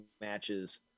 matches